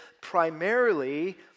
primarily